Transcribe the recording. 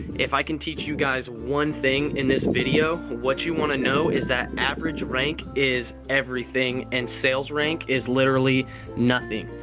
if i can teach you guys one thing in this video, what you want to know is that average rank is everything and sales rank is literally nothing.